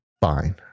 fine